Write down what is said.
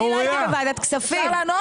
אפשר לענות?